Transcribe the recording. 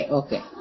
okay